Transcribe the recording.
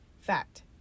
Fact